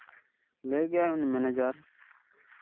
ᱞᱟᱹᱭ ᱜᱮᱭᱟᱭ ᱢᱮᱱᱮᱡᱟᱨ